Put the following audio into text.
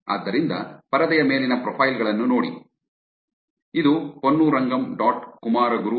ಆದ್ದರಿಂದ ಪರದೆಯ ಮೇಲಿನ ಪ್ರೊಫೈಲ್ ಗಳನ್ನು ನೋಡಿ ಇದು ಪೊನ್ನುರಂಗಂ ಡಾಟ್ ಕುಮಾರಗುರು ponnurangam